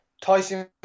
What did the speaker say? Tyson